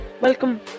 welcome